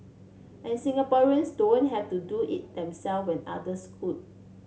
and Singaporeans don't have to do it themself when others would